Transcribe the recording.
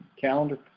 calendar